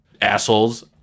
assholes